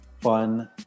fun